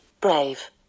brave